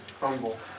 Humble